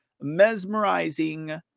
mesmerizing